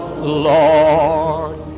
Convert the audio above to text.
Lord